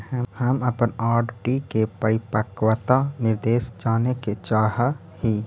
हम अपन आर.डी के परिपक्वता निर्देश जाने के चाह ही